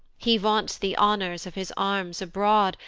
he vaunts the honours of his arms abroad,